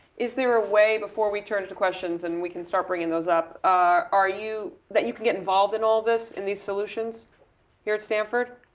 is there a way before we turn to to questions and we can start bringing those up that you that you can get involved in all this and these solutions here at stanford?